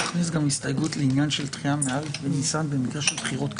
תכניס גם הסתייגות לעניין של דחייה מא' בניסן במקרה של בחירות כלליות,